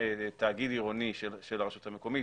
תאגיד עירוני של הרשות המקומית,